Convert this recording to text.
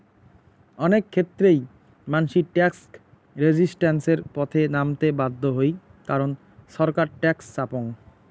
অনেক ক্ষেত্রেই মানসি ট্যাক্স রেজিস্ট্যান্সের পথে নামতে বাধ্য হই কারণ ছরকার ট্যাক্স চাপং